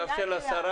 אני מבקש לאפשר לשרה.